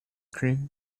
cream